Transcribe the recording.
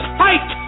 fight